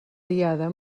diada